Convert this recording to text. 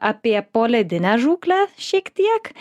apie poledinę žūklę šiek tiek